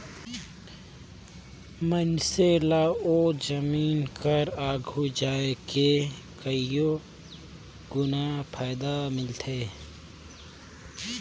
मइनसे ल ओ जमीन कर आघु जाए के कइयो गुना फएदा मिलथे